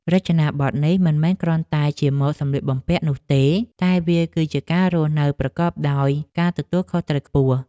រចនាប័ទ្មនេះមិនមែនគ្រាន់តែជាម៉ូដសម្លៀកបំពាក់នោះទេ តែវាគឺជាការរស់នៅប្រកបដោយការទទួលខុសត្រូវខ្ពស់។